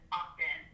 often